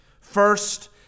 first